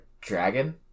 dragon